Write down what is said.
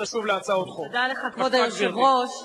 עד אז יהיה צורך בפחות,